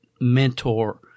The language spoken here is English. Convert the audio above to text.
mentor